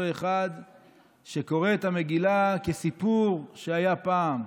אחד שקורא את המגילה כסיפור שהיה פעם: